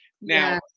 Now